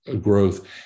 growth